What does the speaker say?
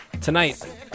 Tonight